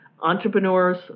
entrepreneurs